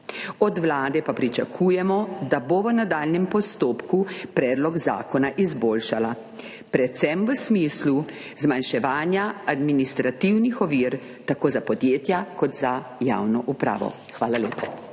od Vlade pa pričakujemo, da bo v nadaljnjem postopku predlog zakona izboljšala, predvsem v smislu zmanjševanja administrativnih ovir tako za podjetja kot za javno upravo. Hvala lepa.